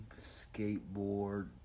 skateboard